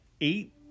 eight